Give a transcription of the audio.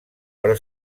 però